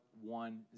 one